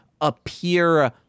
appear